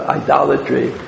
idolatry